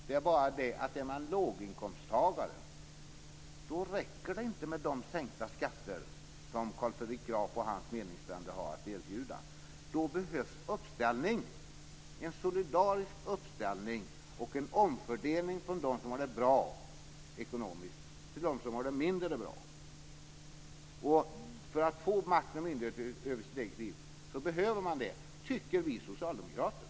Men är man låginkomsttagare räcker det inte med de sänkta skatter som Carl Fredrik Graf och hans meningsfränder har att erbjuda, utan då behövs det också en solidarisk uppställning och en omfördelning från dem som har det bra ekonomiskt till dem som har det mindre bra. För att få makt och myndighet över sitt eget liv behövs detta, tycker vi socialdemokrater.